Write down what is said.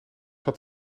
had